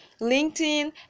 LinkedIn